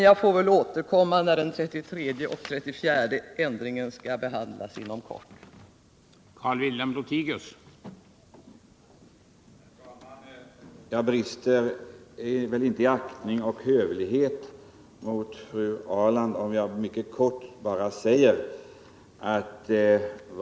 Jag får väl återkomma när den 33:e och 34:e ändringen skall behandlas här i riksdagen inom kort.